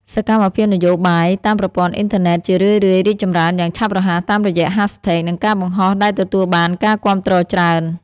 សកម្មភាពនយោបាយតាមប្រព័ន្ធអ៊ីនធឺណេតជារឿយៗរីកចម្រើនយ៉ាងឆាប់រហ័សតាមរយៈ hashtags និងការបង្ហោះដែលទទួលបានការគាំទ្រច្រើន។